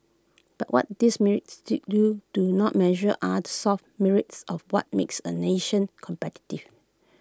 but what these metrics to do do not measure are the soft metrics of what makes A nation competitive